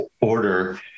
order